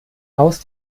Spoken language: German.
aus